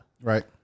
Right